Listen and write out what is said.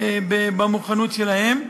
במוכנות שלהם.